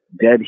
dead